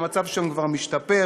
והמצב שם כבר משתפר.